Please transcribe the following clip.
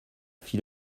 fit